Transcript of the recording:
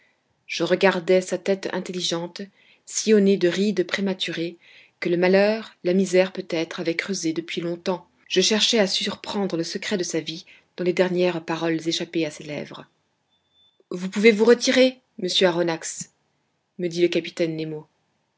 je regardais sa tête intelligente sillonnée de rides prématurées que le malheur la misère peut-être avaient creusées depuis longtemps je cherchais à surprendre le secret de sa vie dans les dernières paroles échappées à ses lèvres vous pouvez vous retirer monsieur aronnax me dit le capitaine nemo